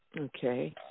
Okay